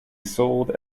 sold